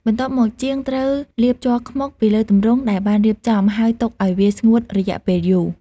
បន្ទាប់មក ជាងត្រូវ លាបជ័រខ្មុក ពីលើទម្រង់ដែលបានរៀបចំ ហើយទុកឱ្យវាស្ងួតរយៈពេលយូរ។